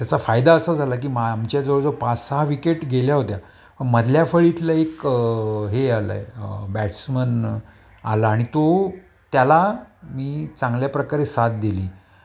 त्याचा फायदा असा झाला की मा आमच्याजवळ जवळ पाच सहा विकेट गेल्या होत्या मधल्या फळीतलं एक हे आलंय बॅट्समन आला आणि तो त्याला मी चांगल्या प्रकारे साथ दिली